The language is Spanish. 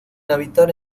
habitar